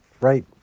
Right